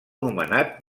nomenat